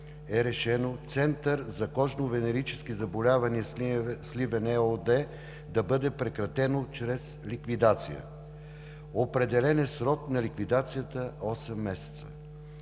е решено Център за кожно-венерически заболявания – Сливен ЕООД, да бъде прекратен чрез ликвидация. Определен е срок на ликвидацията 8 месеца.